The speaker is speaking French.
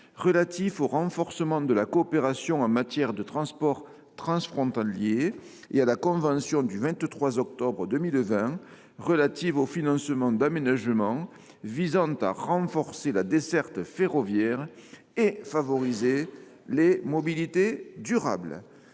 relatif au renforcement de la coopération en matière de transports transfrontaliers et à la convention du 23 octobre 2020 relative au financement d’aménagements visant à renforcer la desserte ferroviaire et favoriser les mobilités durables